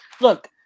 Look